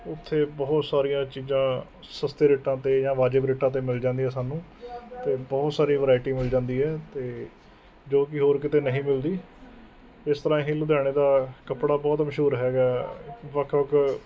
ਉੱਥੇ ਬਹੁਤ ਸਾਰੀਆਂ ਚੀਜ਼ਾਂ ਸਸਤੇ ਰੇਟਾਂ 'ਤੇ ਜਾਂ ਵਾਜਿਬ ਰੇਟਾਂ 'ਤੇ ਮਿਲ ਜਾਂਦੀਆਂ ਸਾਨੂੰ ਅਤੇ ਬਹੁਤ ਸਾਰੀ ਵਰਾਇਟੀ ਮਿਲ ਜਾਂਦੀ ਹੈ ਅਤੇ ਜੋ ਕਿ ਹੋਰ ਕਿਤੇ ਨਹੀਂ ਮਿਲਦੀ ਇਸ ਤਰ੍ਹਾਂ ਹੀ ਲੁਧਿਆਣੇ ਦਾ ਕੱਪੜਾ ਬਹੁਤ ਮਸ਼ਹੂਰ ਹੈਗਾ ਵੱਖ ਵੱਖ